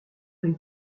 une